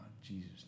Jesus